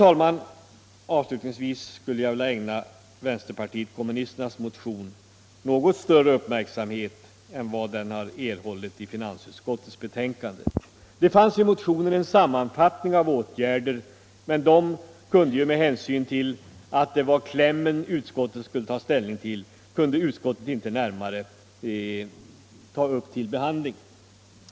Avslutningsvis, herr talman, vill jag ägna vänsterpartiet kommunisternas motion något större uppmärksamhet än vad den har erhållit i finansutskottets betänkande. I motionen finns en sammanfattning av åtgärder, men med hänsyn till att det varit klämmen som utskottet skulle ta ställning till kunde utskottet inte ta upp dessa åtgärder till närmare behandling.